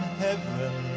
heaven